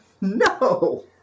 No